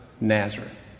Nazareth